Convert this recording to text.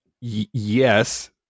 yes